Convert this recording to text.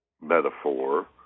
metaphor